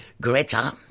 Greta